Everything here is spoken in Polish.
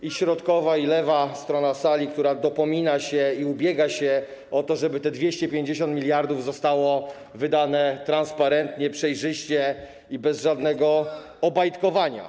I środkowa, i lewa strona sali, która dopomina się i ubiega się o to, żeby te 250 mld zostało wydane transparentnie, przejrzyście i bez żadnego obajtkowania.